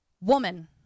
Woman